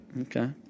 Okay